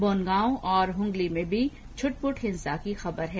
बोनगाँव और हुगली में भी छिटपुट हिंसा की खबरे हैं